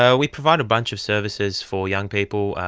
so we provide a bunch of services for young people.